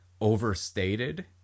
overstated